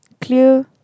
clear